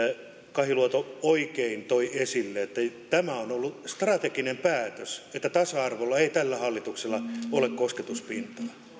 kahiluoto oikein toi esille että tämä on ollut strateginen päätös että tasa arvolla ei tällä hallituksella ole kosketuspintaa